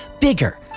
Bigger